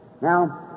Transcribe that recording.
Now